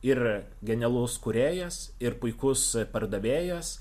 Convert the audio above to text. ir genialus kūrėjas ir puikus pardavėjas